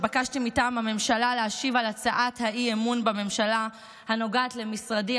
התבקשתי מטעם הממשלה להשיב על הצעת האי-אמון בממשלה הנוגעת למשרדי,